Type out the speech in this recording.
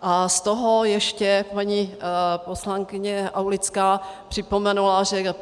A z toho ještě paní poslankyně Aulická připomněla, že